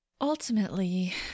Ultimately